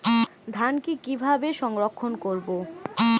ধানকে কিভাবে সংরক্ষণ করব?